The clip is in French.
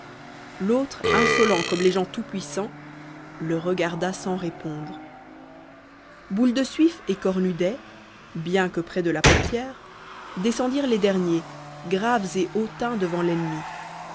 l'autre insolent comme les gens tout-puissants le regarda sans répondre boule de suif et cornudet bien que près de la portière descendirent les derniers graves et hautains devant l'ennemi